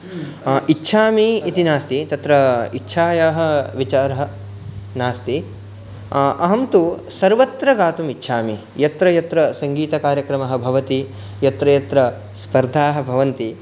इच्छामि इति नास्ति तत्र इच्छायाः विचारः नास्ति अहं तु सर्वत्र गातुम् इच्छामि यत्र यत्र सङ्गीतकार्यक्रमः भवति यत्र यत्र स्पर्धाः भवन्ति